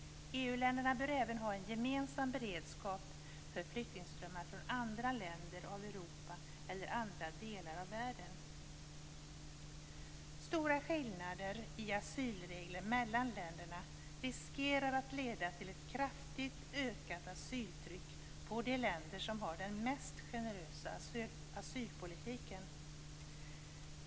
EU-länderna bör även ha en gemensam beredskap för flyktingströmmar från andra länder i Europa eller andra delar av världen. Stora skillnader i asylregler mellan länderna riskerar att leda till ett kraftigt ökat asyltryck på de länder som har den mest generösa asylpolitiken.